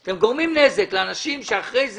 אתם גורמים נזק לאנשים שאחר כך